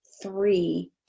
three